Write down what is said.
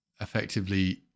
effectively